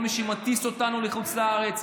כל מי שמטיס אותנו לחוץ לארץ.